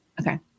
Okay